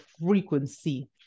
frequency